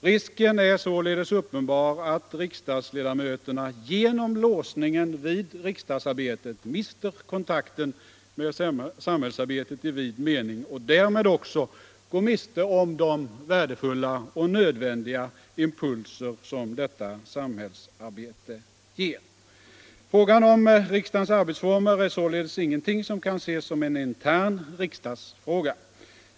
Risken är således uppenbar att riksdagsledamöterna genom låsningen vid riksdagsarbetet mister kontakten med samhällsarbetet i vid mening och därmed också går miste om de värdefulla och nödvändiga impulser som detta samhällsarbete ger. Frågan om riksdagens arbetsformer är således ingenting som kan ses som en intern riksdagsfråga.